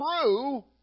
true